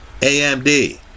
AMD